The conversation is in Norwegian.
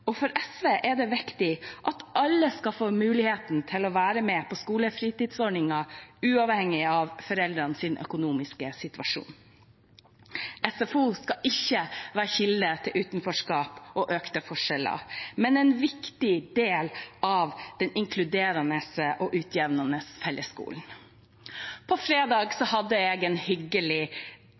og for SV er det viktig at alle skal få muligheten til å være med på skolefritidsordningen, uavhengig av foreldrenes økonomiske situasjon. SFO skal ikke være en kilde til utenforskap og økte forskjeller, men en viktig del av den inkluderende og utjevnende fellesskolen. På fredag hadde jeg en hyggelig